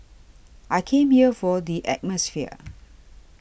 I came here for the atmosphere